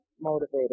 motivated